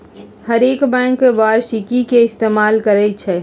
हरेक बैंक वारषिकी के इस्तेमाल करई छई